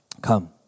Come